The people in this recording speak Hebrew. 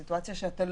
כתוב: